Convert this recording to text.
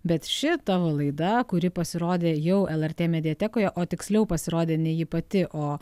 bet ši tavo laida kuri pasirodė jau lrt mediatekoje o tiksliau pasirodė ji pati o